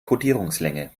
kodierungslänge